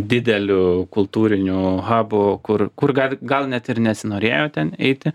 dideliu kultūriniu habu kur kur gal net ir nesinorėjo ten eiti